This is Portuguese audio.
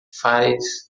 faz